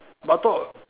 but I thought